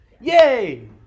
Yay